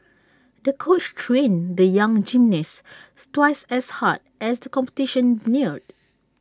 the coach trained the young gymnasts twice as hard as the competition neared